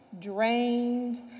drained